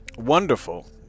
Wonderful